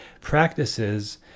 practices